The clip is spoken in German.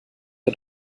der